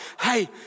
Hey